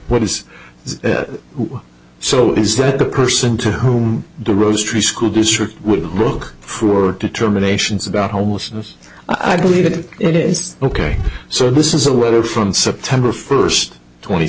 what is so is that the person to whom the rose tree school district will look for determinations about homelessness i believe it is ok so this is a letter from september first twenty